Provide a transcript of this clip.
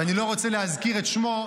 שאני לא רוצה להזכיר את שמו,